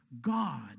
God